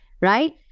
right